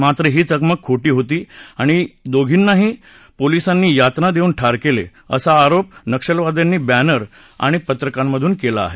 मात्र ही चकमक खोटी होती आणि दोघींनाही पोलिसांनी यातना देऊन ठार केले असा आरोप नक्षलवाद्यांनी बॅनर आण पत्रकांमध्न केला आहे